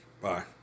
Bye